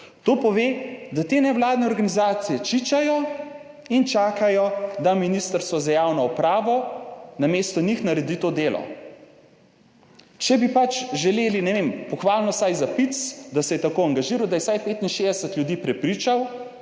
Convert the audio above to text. To pove, da te nevladne organizacije čičajo in čakajo, da Ministrstvo za javno upravo namesto njih naredi to delo. Če bi pač želeli, ne vem, pohvalno vsaj za PIC, da se je tako angažiral, da je vsaj 65 ljudi prepričal,